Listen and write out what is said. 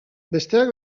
besteak